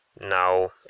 now